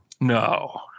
No